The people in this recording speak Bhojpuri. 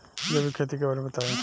जैविक खेती के बारे में बताइ